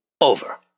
over